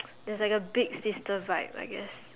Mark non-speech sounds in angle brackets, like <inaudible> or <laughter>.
<noise> there's like a big sister vibe I guess